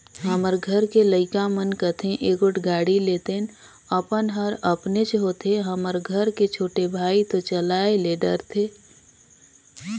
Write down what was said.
हमर घर के लइका मन कथें एगोट गाड़ी लेतेन अपन हर अपनेच होथे हमर घर के छोटे भाई तो चलाये ले डरथे